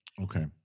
Okay